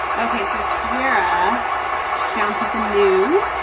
okay, so sierra found something new